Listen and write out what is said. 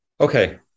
Okay